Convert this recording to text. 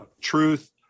truth